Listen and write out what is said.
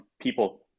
people